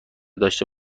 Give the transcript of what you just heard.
داشته